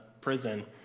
prison